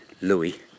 louis